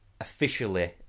officially